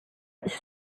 its